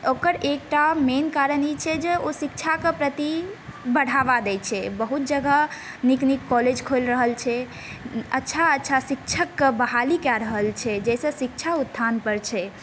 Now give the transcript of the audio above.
ओकर एकटा मेन कारण ई छै जे ओ शिक्षाके प्रति बढ़ावा दै छै बहुत जगह नीक नीक कॉलेज खोलि रहल छै अच्छा अच्छा शिक्षकके बहाली कए रहल छै जाहिसँ शिक्षा उत्थान पर छै